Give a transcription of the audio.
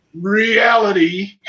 reality